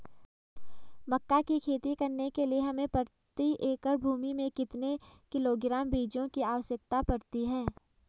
मक्का की खेती करने के लिए हमें प्रति एकड़ भूमि में कितने किलोग्राम बीजों की आवश्यकता पड़ती है?